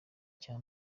cya